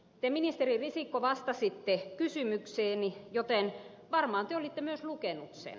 te ministeri risikko vastasitte kysymykseeni joten varmaan te olitte myös lukenut sen